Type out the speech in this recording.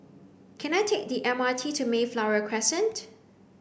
can I take the M R T to Mayflower Crescent